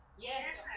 Yes